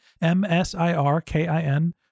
M-S-I-R-K-I-N